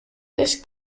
this